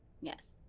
Yes